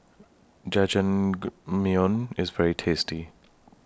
Jajangmyeon IS very tasty